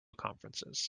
conferences